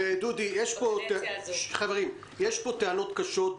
דודי שוקף, יש פה טענות קשות.